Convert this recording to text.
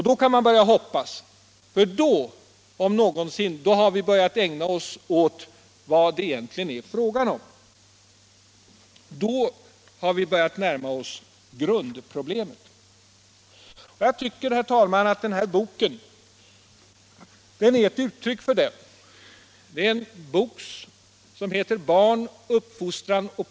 Då kan man börja hoppas, för då om någonsin har vi börjat ägna oss åt vad det egentligen är fråga om. Då har vi börjat närma oss grundproblemet. Jag tycker, herr talman, att boken Barn, uppfostran och politik är ett uttryck för det.